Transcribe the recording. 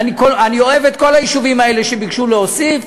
ואני אוהב את כל היישובים האלה שביקשו להוסיף,